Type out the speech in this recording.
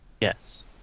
Yes